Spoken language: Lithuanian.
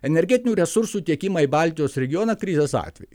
energetinių resursų tiekimą į baltijos regioną krizės atveju